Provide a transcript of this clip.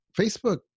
Facebook